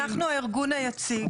אנחנו הארגון היציג,